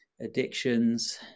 addictions